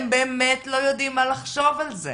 הם באמת לא יודעים מה לחשוב על זה.